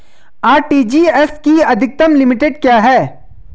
RTGS की अधिकतम limit क्या है?